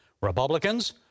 Republicans